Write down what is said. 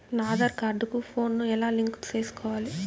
నా ఆధార్ కార్డు కు ఫోను ను ఎలా లింకు సేసుకోవాలి?